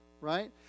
right